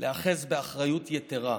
להיאחז באחריות יתרה.